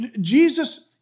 Jesus